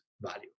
value